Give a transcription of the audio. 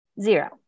Zero